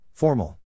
Formal